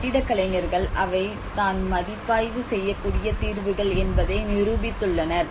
கட்டடக் கலைஞர்கள் அவை தான் மதிப்பாய்வு செய்யக்கூடிய தீர்வுகள் என்பதை நிரூபித்துள்ளனர்